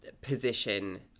position